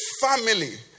family